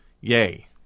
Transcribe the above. yay